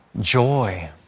joy